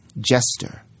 Jester